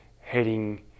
heading